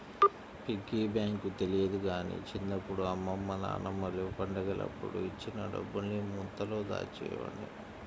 piggy bank తెలియదు గానీ చిన్నప్పుడు అమ్మమ్మ నాన్నమ్మలు పండగలప్పుడు ఇచ్చిన డబ్బుల్ని ముంతలో దాచేవాడ్ని